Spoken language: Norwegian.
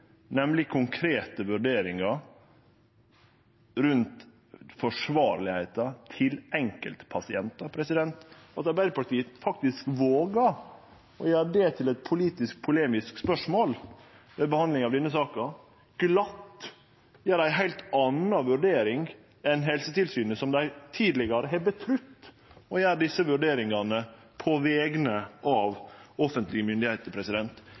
nemleg konkrete vurderingar rundt det som er forsvarleg for enkeltpasientar. At Arbeidarpartiet faktisk vågar å gjere det til eit politisk polemisk spørsmål ved behandlinga av denne saka og glatt gjer ei heilt anna vurdering enn Helsetilsynet, som dei tidlegare har hatt tillit til at gjer desse vurderingane på vegner av offentlege myndigheiter,